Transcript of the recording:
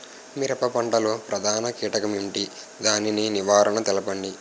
మిరప పంట లో ప్రధాన కీటకం ఏంటి? దాని నివారణ తెలపండి?